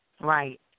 Right